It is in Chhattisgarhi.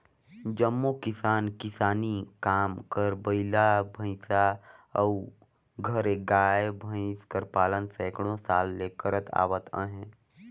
जम्मो किसान किसानी काम बर बइला, भंइसा अउ घरे गाय, भंइस कर पालन सैकड़ों साल ले करत आवत अहें